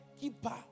keeper